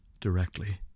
directly